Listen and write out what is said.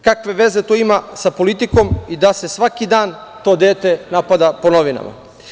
Kakve veze to ima sa politikom i da se svaki dan to dete napada po novinama?